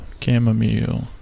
chamomile